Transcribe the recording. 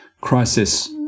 crisis